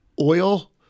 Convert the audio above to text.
Oil